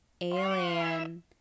Alien